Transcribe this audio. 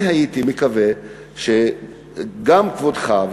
אני הייתי מקווה שגם כבודך,